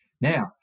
Now